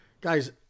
Guys